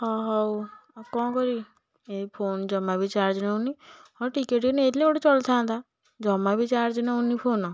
ହଁ ହଉ ଆଉ କ'ଣ କରିବି ଏ ଫୋନ୍ ଜମା ବି ଚାର୍ଜ ନେଉନି ହଁ ଟିକିଏ ଟିକିଏ ନେଇଥିଲେ ଚଳିଥାନ୍ତା ଜମା ବି ଚାର୍ଜ ନେଉନି ଫୋନ୍